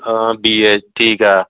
ਹਾਂ B A ਠੀਕ ਆ